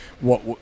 what-